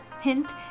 hint